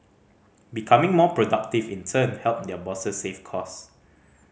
becoming more productive in turn help their bosses save cost